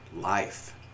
life